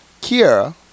Kiara